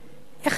איך אנחנו,